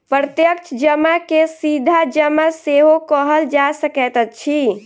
प्रत्यक्ष जमा के सीधा जमा सेहो कहल जा सकैत अछि